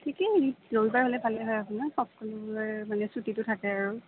ঠিকেই ৰবিবাৰ হ'লে ভালে হয় আপোনাৰ সকলো মানে ছুটিটো থাকে আৰু